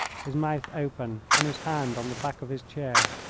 his mouth open and his hand on the back of his chair.